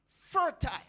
fertile